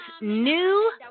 new